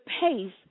pace